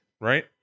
right